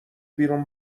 بیرون